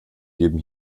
geben